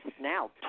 now